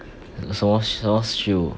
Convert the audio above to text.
什么什么 shoe